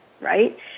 right